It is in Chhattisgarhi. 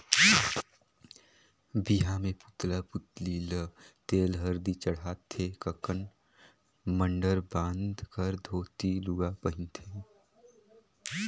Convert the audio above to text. बिहा मे पुतला पुतली ल तेल हरदी चढ़ाथे ककन मडंर बांध कर धोती लूगा पहिनाथें